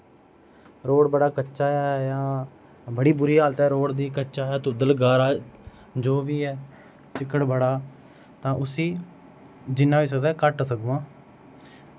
road बड़ा कच्चा ऐ जां बड़ी बुरी हालत ऐ रोड़ दी कच्चा ऐ दुद्दल गारा जो बी ऐ चिक्कड़ बड़ा तां उसी जिन्ना होई सकदा घट्ट उन्ना